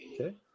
Okay